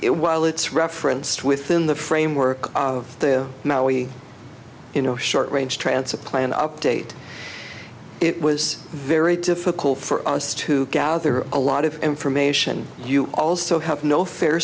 it while it's referenced within the framework of the now we you know short range transfer plan update it was very difficult for us to gather a lot of information you also have no fa